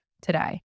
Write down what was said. today